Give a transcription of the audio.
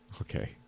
Okay